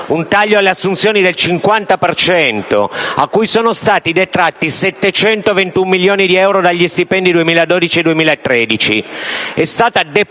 un taglio alle assunzioni del 50 per cento e a cui sono stati detratti 721 milioni di euro dagli stipendi 2012-2013.